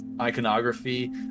iconography